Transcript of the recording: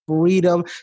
freedom